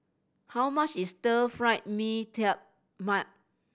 how much is Stir Fry Mee Tai Mak